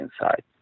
inside